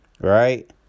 right